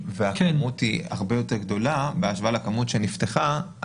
והכמות היא הרבה יותר גדולה בהשוואה לכמות שנפתחה,